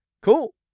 Cool